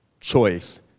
choice